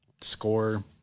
score